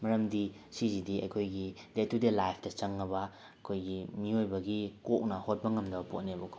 ꯃꯔꯝꯗꯤ ꯁꯤꯁꯤꯗꯤ ꯑꯩꯈꯣꯏꯒꯤ ꯗꯦ ꯇꯨꯗꯦ ꯂꯥꯏꯐꯇ ꯆꯪꯉꯕ ꯑꯩꯈꯣꯏꯒꯤ ꯃꯤꯑꯣꯏꯕꯒꯤ ꯀꯣꯛꯅ ꯍꯣꯠꯄ ꯉꯝꯗꯕ ꯄꯣꯠꯅꯦꯕꯀꯣ